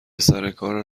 سرکار